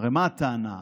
מה הטענה?